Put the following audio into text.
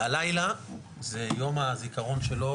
הלילה זה יום הזיכרון שלו,